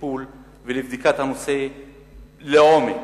לטיפול ולבדיקת הנושא לעומק.